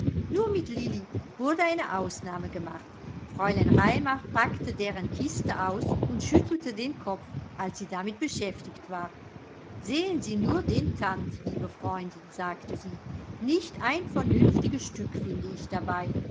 nur mit lilli wurde eine ausnahme gemacht fräulein raimar packte deren kiste aus und schüttelte den kopf als sie damit beschäftigt war sehen sie nur den tand liebe freundin sagte sie nicht ein vernünftiges stück finde ich dabei